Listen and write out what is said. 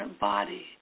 body